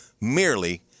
merely